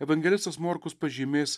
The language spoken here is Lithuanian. evangelistas morkus pažymės